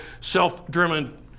self-driven